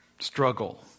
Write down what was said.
Struggle